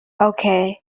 okay